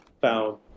found